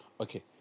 Okay